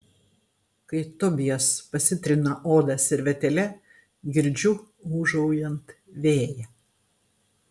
kai tobijas pasitrina odą servetėle girdžiu ūžaujant vėją